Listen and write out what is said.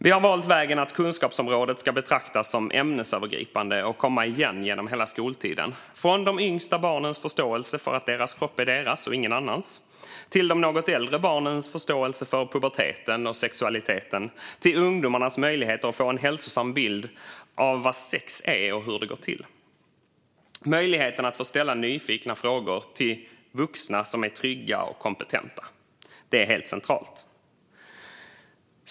Vi har valt vägen att kunskapsområdet ska betraktas som ämnesövergripande och komma igen genom hela skoltiden, från de yngsta barnens förståelse för att deras kropp är deras och ingen annans till de något äldre barnens förståelse för puberteten och sexualiteten och till ungdomarnas möjligheter att få en hälsosam bild av vad sex är och hur det går till. Möjligheten att få ställa nyfikna frågor till vuxna som är trygga och kompetenta är helt central.